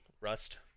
rust